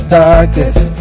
darkest